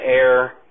air